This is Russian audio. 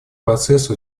процессу